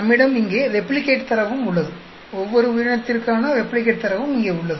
நம்மிடம் இங்கே ரெப்ளிகேட் தரவும் உள்ளது ஒவ்வொரு உயிரினத்திற்கான ரெப்ளிகேட் தரவும் இங்கே உள்ளது